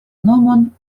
nomon